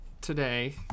today